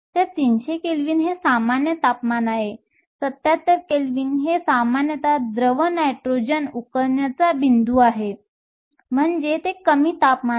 तर 300 केल्विन हे सामान्य तापमान आहे 77 केल्विन सामान्यत द्रव नायट्रोजन उकळण्याचा बिंदू आहे म्हणजे ते कमी तापमान आहे